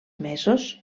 mesos